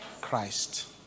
Christ